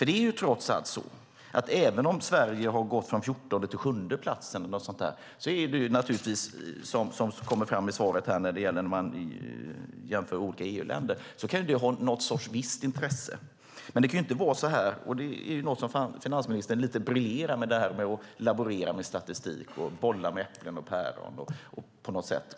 Det kan naturligtvis ha visst intresse att Sverige har gått från 14:e till 7:e plats när man jämför EU-länder. Finansministern briljerar med att laborera med statistik och bolla med äpplen och päron.